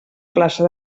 plaça